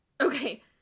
Okay